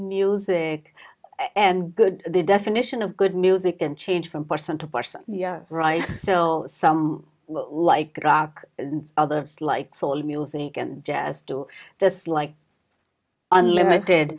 music and good the definition of good music and change from person to person right so some like rock and others like soul music and jazz do this like unlimited